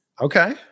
Okay